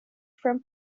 from